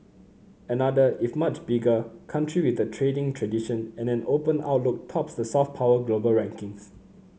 another if much bigger country with a trading tradition and an open outlook tops the soft power global rankings